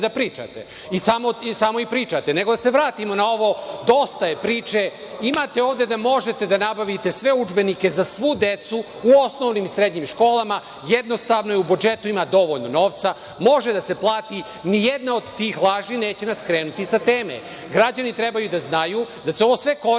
da pričate. I samo i pričate. Nego da se vratimo na ovo, dosta je priče. Imate ovde da možete da nabavite sve udžbenike za svu decu u osnovnim i srednjim školama. Jednostavno je, u budžetu ima dovoljno novca. Može da se plati. Ni jedna od tih laži neće nas skrenuti sa teme. Građani trebaju da znaju da se ovo sve koristi